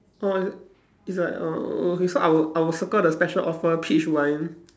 oh i~ is like oh okay so I will I will circle the special offer peach wine